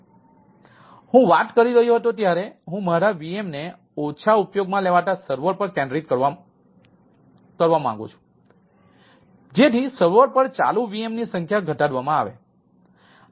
તેથી હું વાત કરી રહ્યો હતો ત્યારે હું મારા VMને ઓછા ઉપયોગમાં લેવાતા સર્વર પર કેન્દ્રિત કરવા માંગુ છું જેથી સર્વરો પર ચાલુ VM ની સંખ્યા ઘટાડવામાં આવે